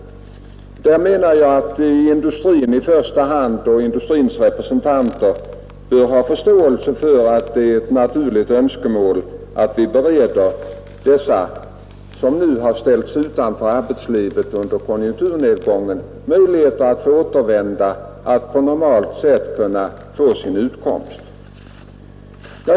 Jag menar att industrin och industrins representanter bör förstå att det är ett naturligt önskemål att i första hand de personer som ställts utanför arbetslivet under konjunkturnedgången nu bereds möjligheter att på normalt sätt få sin utkomst.